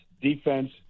defense